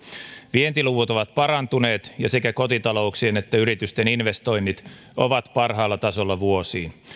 vientiluvut ovat parantuneet ja sekä kotitalouksien että yritysten investoinnit ovat parhaalla tasolla vuosiin